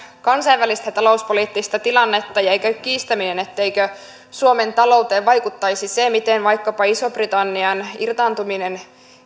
kansainvälistä talouspoliittista tilannetta ja ei käy kiistäminen etteikö suomen talouteen vaikuttaisi se miten vaikkapa ison britannian irtaantuminen